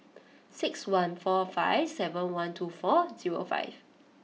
six one four five seven one two four zero five